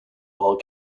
while